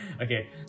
Okay